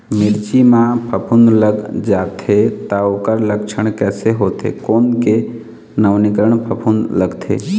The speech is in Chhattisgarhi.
मिर्ची मा फफूंद लग जाथे ता ओकर लक्षण कैसे होथे, कोन के नवीनीकरण फफूंद लगथे?